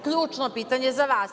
Ključno pitanje za vas.